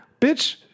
bitch